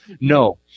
No